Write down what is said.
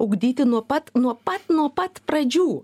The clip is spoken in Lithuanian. ugdyti nuo pat nuo pat nuo pat pradžių